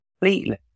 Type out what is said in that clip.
completely